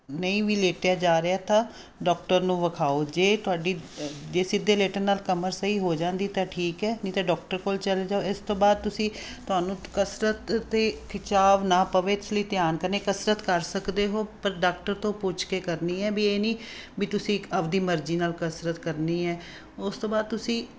ਨਹੀਂ ਵੀ ਲੇਟਿਆ ਜਾ ਰਿਹਾ ਤਾਂ ਡਾਕਟਰ ਨੂੰ ਵਿਖਾਓ ਜੇ ਤੁਹਾਡੀ ਦੇ ਸਿੱਧੇ ਲੇਟਣ ਨਾਲ ਕਮਰ ਸਹੀ ਹੋ ਜਾਂਦੀ ਤਾਂ ਠੀਕ ਹੈ ਨਹੀਂ ਤਾਂ ਡਾਕਟਰ ਕੋਲ ਚਲੇ ਜਾਓ ਇਸ ਤੋਂ ਬਾਅਦ ਤੁਸੀਂ ਤੁਹਾਨੂੰ ਕਸਰਤ 'ਤੇ ਖਿਚਾਵ ਨਾ ਪਵੇ ਇਸ ਲਈ ਧਿਆਨ ਕਰਨੀ ਕਸਰਤ ਕਰ ਸਕਦੇ ਹੋ ਪਰ ਡਾਕਟਰ ਤੋਂ ਪੁੱਛ ਕੇ ਕਰਨੀ ਹੈ ਵੀ ਇਹ ਨਹੀਂ ਵੀ ਤੁਸੀਂ ਆਪਦੀ ਮਰਜ਼ੀ ਨਾਲ ਕਸਰਤ ਕਰਨੀ ਹੈ ਉਸ ਤੋਂ ਬਾਅਦ ਤੁਸੀਂ